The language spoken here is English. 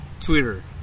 Twitter